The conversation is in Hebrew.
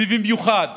ובמיוחד